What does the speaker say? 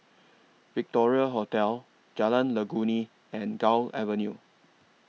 Victoria Hotel Jalan Legundi and Gul Avenue